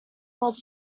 was